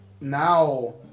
now